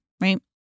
right